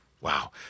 Wow